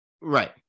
Right